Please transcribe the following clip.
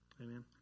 Amen